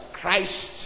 Christ